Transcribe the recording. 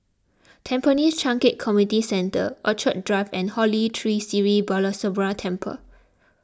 Tampines Changkat Community Centre Orchid Drive and Holy Tree Sri Balasubramaniar Temple